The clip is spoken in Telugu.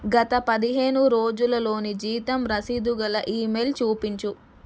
గత పదిహేను రోజులలోని జీతం రసీదుగల ఈమెయిల్ చూపించు